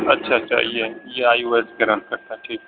اچھا اچھا یہ آئی او ایس کے رن کرتا ہے ٹھیک ہے